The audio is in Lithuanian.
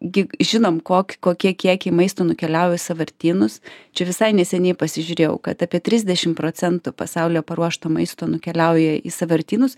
gi žinom kok kokie kiekiai maisto nukeliauja į sąvartynus čia visai neseniai pasižiūrėjau kad apie trisdešimt procentų pasaulio paruošto maisto nukeliauja į sąvartynus